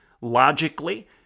logically